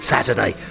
Saturday